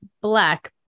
black